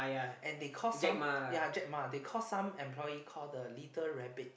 and they call some ya Jack-Ma they call some employee called the little rabbit